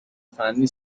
فنی